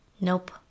Nope